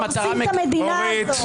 הורסים את המדינה הזאת.